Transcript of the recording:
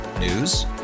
News